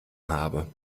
habe